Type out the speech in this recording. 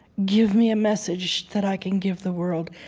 give me a message that i can give the world.